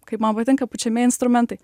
kaip man patinka pučiamieji instrumentai